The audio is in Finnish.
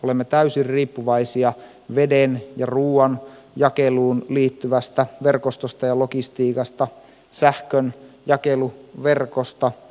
olemme täysin riippuvaisia veden ja ruuan jakeluun liittyvästä verkostosta ja logistiikasta sähkönjakeluverkosta